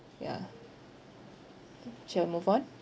yeah shall we move on